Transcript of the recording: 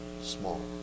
small